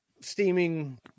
steaming